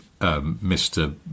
Mr